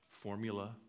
formula